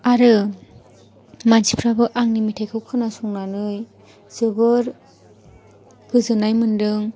आरो मानसिफ्राबो आंनि मेथाइखौ खोनासंनानै जोबोर गोजोननाय मोनदों